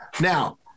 now